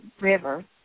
river